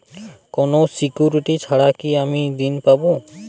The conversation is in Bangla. কোনো সিকুরিটি ছাড়া কি আমি ঋণ পাবো?